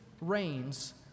reigns